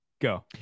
go